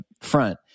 front